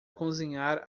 cozinhar